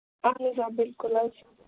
اَہَن حظ آ بِلکُل حظ